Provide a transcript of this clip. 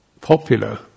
popular